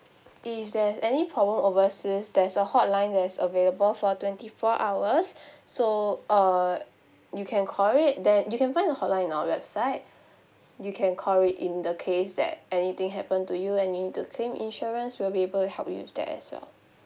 if there's any problem overseas there is a hotline that is available for twenty four hours so uh you can call it then you can find the hotline in our website you can call it in the case that anything happen to you and you need to claim insurance will be able help with that as well